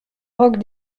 roc